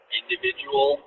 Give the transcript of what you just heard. individual